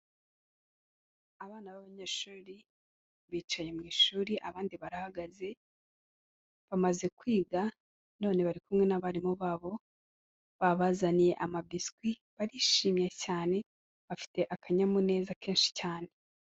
Abana b'abanyeshuri bicaye mu ishuri abandi barahagaze, bamaze kwiga none bari kumwe n'abarimu babo babazaniye ama biscuit, barishimye cyane bafite akanyamuneza kenshi cyane.